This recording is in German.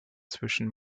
zwischen